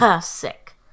sick